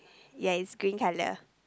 ya is green colour